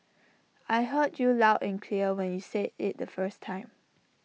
I heard you loud and clear when you said IT the first time